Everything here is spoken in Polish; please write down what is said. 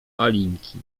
alinki